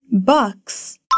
bucks